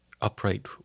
upright